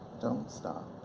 don't stop.